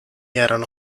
erano